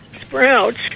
sprouts